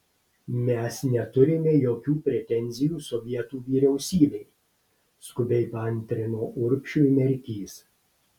mes neturime jokių pretenzijų sovietų vyriausybei skubiai paantrino urbšiui merkys